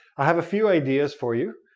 i have few ideas for you,